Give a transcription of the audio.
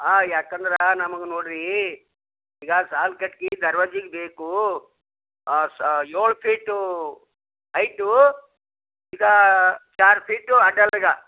ಹಾಂ ಯಾಕಂದ್ರೆ ನಮಗೆ ನೋಡಿರಿ ಈಗ ಸಾಲ್ ಕಟ್ಗೆ ದರ್ವಾಜಿಗೆ ಬೇಕು ಏಳು ಫೀಟು ಐಟು ಈಗ ಚಾರ್ ಫೀಟು ಅಡ್ಡಲಾಗ